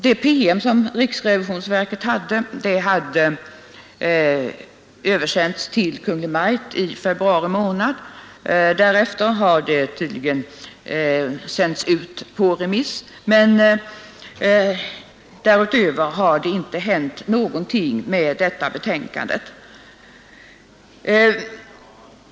Den PM som riksrevisionsverket utarbetat hade översänts till Kungl. Maj:t i februari månad. Därefter har promemorian tydligen sänts på remiss, men därutöver har det inte hänt någonting med denna utredning.